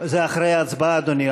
זה אחרי ההצבעה, אדוני.